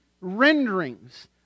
renderings